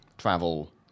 travel